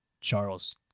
Charles